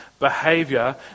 behavior